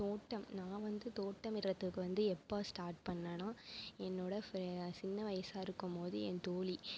தோட்டம் நான் வந்து தோட்டமிடுறத்துக்கு வந்து எப்போ ஸ்டார்ட் பண்ணேன்னா என்னோட ஃப சின்ன வயசாகருக்கும் மோது என் தோழி